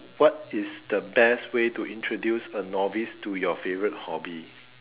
what is the best way to introduce a novice to your favourite hobby